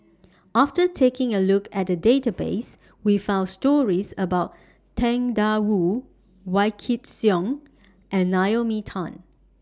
after taking A Look At The Database We found stories about Tang DA Wu Wykidd Song and Naomi Tan